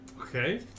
Okay